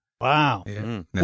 Wow